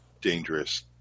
dangerous